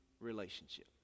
relationship